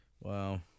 wow